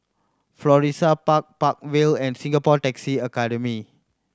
Florissa Park Park Vale and Singapore Taxi Academy